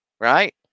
Right